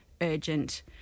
urgent